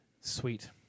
Sweet